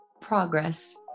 Progress